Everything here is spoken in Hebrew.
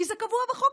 כי זה קבוע בחוק,